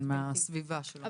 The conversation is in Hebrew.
למסגרת חוץ-ביתית.